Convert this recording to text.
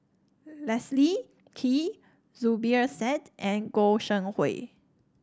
Leslie Kee Zubir Said and Goi Seng Hui